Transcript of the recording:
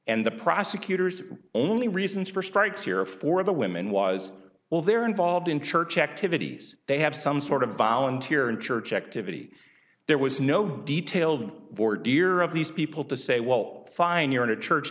and the prosecutor's only reasons for strikes here for the women was well they're involved in church activities they have some sort of volunteer and church activity there was no detailed for dear of these people to say well fine you're in a church